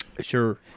Sure